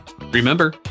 remember